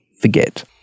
forget